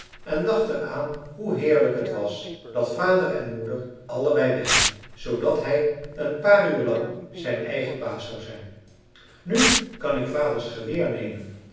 en dacht er aan hoe heerlijk t was dat vader en moeder allebei weggingen zoodat hij een paar uur lang zijn eigen baas zou zijn nu kan ik vaders geweer nemen